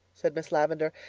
said miss lavendar,